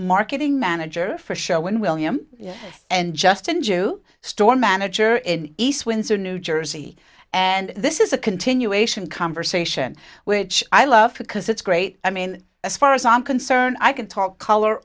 marketing manager for show when william and just enjoy you store manager in east windsor new jersey and this is a continuation conversation which i love because it's great i mean as far as i'm concerned i can talk color